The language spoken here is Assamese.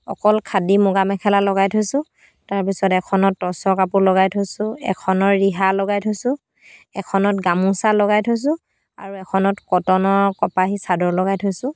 অকল খাদী মুগা মেখেলা লগাই থৈছোঁ তাৰপিছত এখনত টচৰ কাপোৰ লগাই থৈছোঁ এখনৰ ৰিহা লগাই থৈছোঁ এখনত গামোচা লগাই থৈছোঁ আৰু এখনত কটনৰ কপাহী চাদৰ লগাই থৈছোঁ